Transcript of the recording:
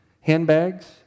handbags